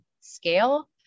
scale